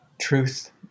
truth